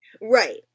Right